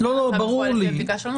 ושנית,